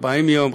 40 יום,